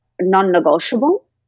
non-negotiable